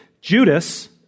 Judas